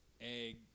egg